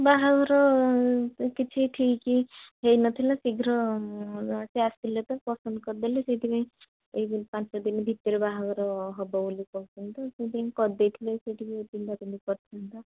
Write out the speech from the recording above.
ବାହାଘର ତ କିଛି ଠିକ୍ ହେଇନଥିଲା ଶୀଘ୍ର ସିଏ ଆସିଥିଲେ ତ ପସନ୍ଦ କରିଦେଲେ ସେଇଥିପାଇଁ ଏଇ ପାଞ୍ଚଦିନ ଭିତରେ ବାହାଘର ହବ ବୋଲି କହୁଚନ୍ତି ତ ସେଇଥିପାଇଁ କରିଦେଇଥିଲେ ସେ ଟିକେ ପିନ୍ଧା ପିନ୍ଧି କରିଥାଆନ୍ତା